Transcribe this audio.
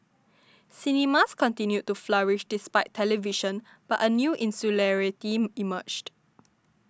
cinemas continued to flourish despite television but a new insularity emerged